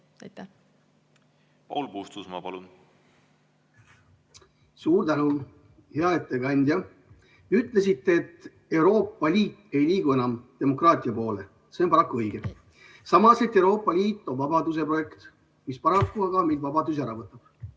Paul Puustusmaa, palun! (Kaugühendus)Suur tänu! Hea ettekandja! Te ütlesite, et Euroopa Liit ei liigu enam demokraatia poole. See on paraku õige. Samas on Euroopa Liit vabaduse projekt, mis paraku meilt aga vabadusi ära võtab.